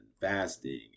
fasting